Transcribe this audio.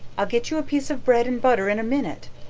i'll get you a piece of bread and butter in a minute,